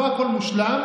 לא הכול מושלם,